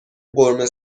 قرمه